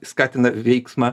skatina veiksmą